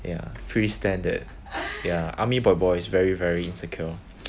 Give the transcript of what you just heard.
ya pretty standard ya army boys boys very very insecure